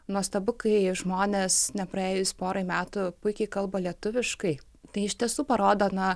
nuostabu kai žmonės nepraėjus porai metų puikiai kalba lietuviškai tai iš tiesų parodo na